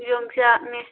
ꯌꯣꯡꯆꯥꯛꯅꯦ